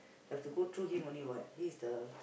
have to go through him only what he is the